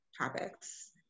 topics